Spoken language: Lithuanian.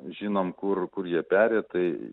žinom kur kur jie peri tai